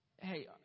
hey